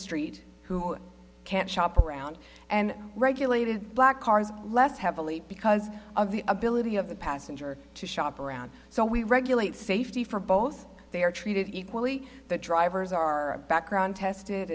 street who can shop around and regulated black cars less heavily because of the ability of the passenger to shop around so we regulate safety for both they are treated equally that drivers are background tested